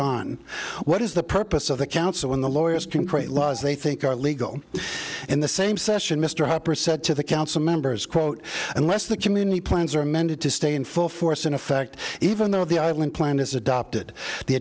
on what is the purpose of the council when the lawyers can create laws they think are legal and the same session mr harper said to the council members quote unless the community plans are amended to stay in full force in effect even though the island plan is adopted the